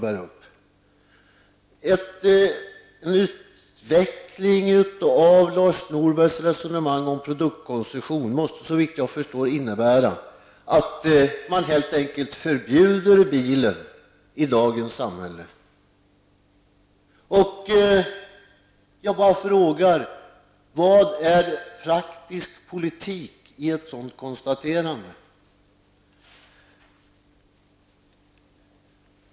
En utveckling av Lars Norbergs resonemang om produktkoncession måste såvitt jag förstår innebära att man helt enkelt förbjuder bilen i dagens samhälle. Jag vill ställa en fråga: Vad är praktisk politik i ett sådant konstaterande?